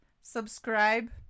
subscribe